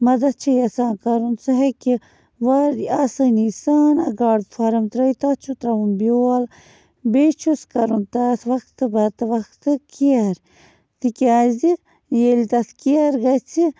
مَدت چھِ یَژھان کَرُن سُہ ہیٚکہِ وارِ آسٲنی سان اَکھ گاڈٕ فارم ترٛٲیِتھ تَتھ چھُ ترٛاوُن بیول بیٚیہِ چھُس کَرُن تَتھ وقتہٕ پتہٕ وقتہٕ کِیَر تِکیٛازِ ییٚلہِ تَتھ کِیَر گَژھِ